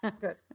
good